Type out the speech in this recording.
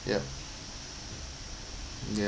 ya ya